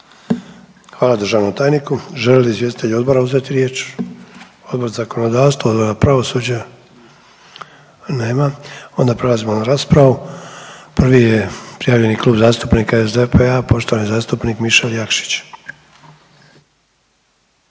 Hvala državnom tajniku. Želi li izvjestitelj odbora uzeti riječ? Odbor zakonodavstvo, pravosuđe? Nema. Onda prelazimo na raspravu. Prvi je prijavljeni Klub zastupnika SDP-a poštovani zastupnik Mišel Jakšić.